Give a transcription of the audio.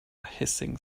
hissing